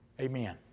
Amen